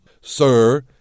sir